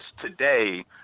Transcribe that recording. today